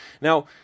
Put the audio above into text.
Now